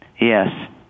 Yes